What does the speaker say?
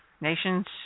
nation's